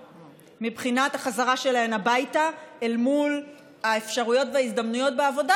מבחינת החזרה שלהן הביתה אל מול האפשרויות וההזדמנויות בעבודה,